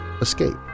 escape